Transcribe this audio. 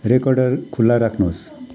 recorder खुला राख्नुहोस्